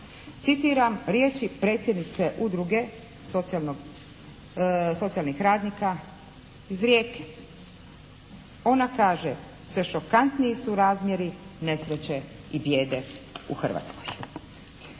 Citiram riječi predsjednice Udruge socijalnog, socijalnih radnika iz Rijeke. Ona kaže: "Sve šokantniji su razmjeri nesreće i bijede u Hrvatskoj."